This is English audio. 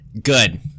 Good